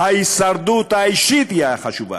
ההישרדות האישית היא החשובה.